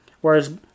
Whereas